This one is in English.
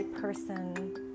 person